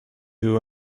who